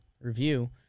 review